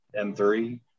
M3